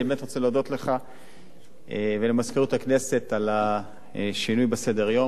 אני באמת רוצה להודות לך ולמזכירות הכנסת על השינוי בסדר-היום.